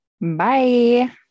Bye